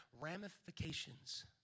ramifications